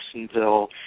Jacksonville